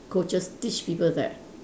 coaches teach people that